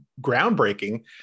groundbreaking